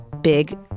big